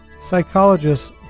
psychologists